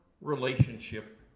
relationship